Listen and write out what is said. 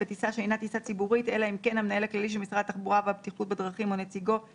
מכוח תקנות הגבלת הכניסה והיציאה